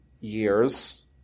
years